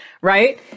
Right